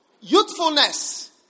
youthfulness